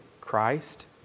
Christ